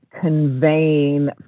conveying